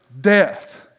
death